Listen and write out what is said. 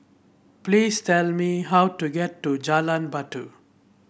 please tell me how to get to Jalan Batu